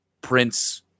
Prince